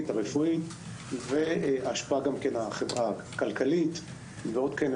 והרפואית וגם ההשפעה כלכלית ועוד כהנה